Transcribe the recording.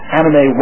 anime